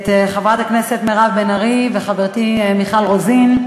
את חברת הכנסת מירב בן ארי ואת חברתי מיכל רוזין.